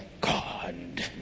God